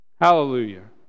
Hallelujah